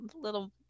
little